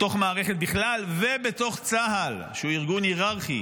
בתוך מערכת בכלל ובתוך צה"ל, שהוא ארגון היררכי